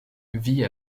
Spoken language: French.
vit